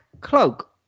cloak